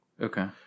Okay